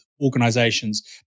organizations